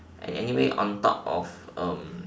anyway on top of um